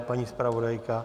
Paní zpravodajka?